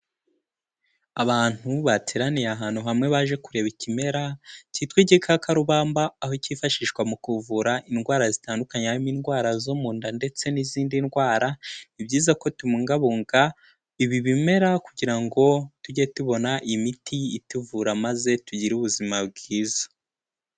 Abantu bateraniye ahantu hamwe baje kureba ikimera cyitwa igikakarubamba aho kifashishwa mu kuvura indwara zitandukanye, harimo indwara zo mu nda ndetse n'izindi ndwara, ni byiza ko tubungabunga ibi bimera kugira ngo tujye tubona imiti ituvura maze tugire ubuzima bwiza.